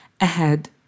ahead